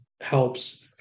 helps